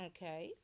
Okay